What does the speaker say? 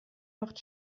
macht